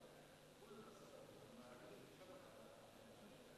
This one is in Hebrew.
ולדעת אם היא נערכת לאפשרות של שינויים כאלה בסביבותינו.